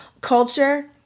culture